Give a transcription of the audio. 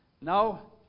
Now